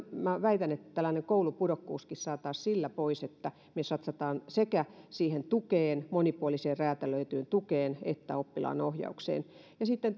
minä väitän että tällainen koulupudokkuuskin saataisiin pois sillä että me satsaamme sekä siihen tukeen monipuoliseen räätälöityyn tukeen että oppilaanohjaukseen sitten